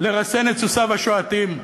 לרסן את סוסיו השועטים,